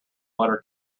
letter